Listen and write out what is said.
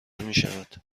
میشود